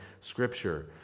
scripture